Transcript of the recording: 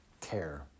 care